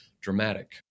dramatic